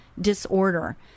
disorder